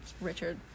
Richard